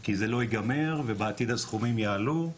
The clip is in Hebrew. כי זה לא ייגמר ובעתיד הסכומים יעלו,